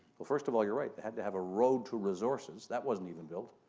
well, first of all, you're right, they had to have a road to resources. that wasn't even built.